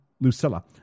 Lucilla